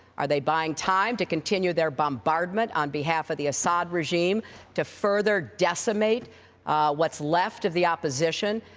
are they buying time to continue their bombardment on behalf of the assad regime to further decimate what's left of the opposition,